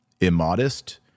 immodest